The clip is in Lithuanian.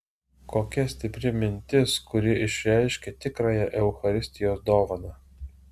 kokia stipri mintis kuri išreiškia tikrąją eucharistijos dovaną